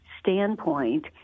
standpoint